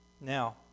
now